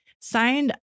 signed